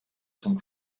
zum